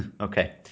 Okay